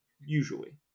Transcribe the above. Usually